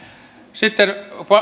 sitten